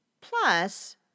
Plus